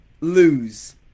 lose